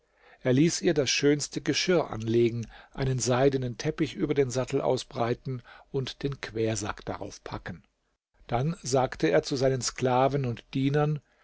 er ließ ihr das schönste geschirr anlegen einen seidenen teppich über den sattel ausbreiten und den quersack darauf packen dann sagte er seinen sklaven und dienern